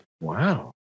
Wow